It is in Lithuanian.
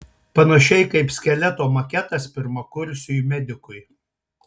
panašiai kaip skeleto maketas pirmakursiui medikui